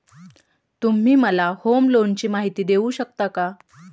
तुम्ही मला होम लोनची माहिती देऊ शकता का?